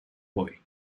boy